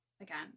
again